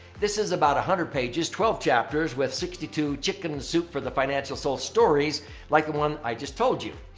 this is about one hundred pages, twelve chapters with sixty two chicken soup for the financial soul stories like the one i just told you.